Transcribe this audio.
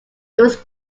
was